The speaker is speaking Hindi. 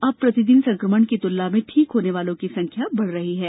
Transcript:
अब प्रतिदिन संक्रमण की तुलना में ठीक होने वालों की संख्या बढ़ रही है